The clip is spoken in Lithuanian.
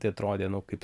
tai atrodė nu kaip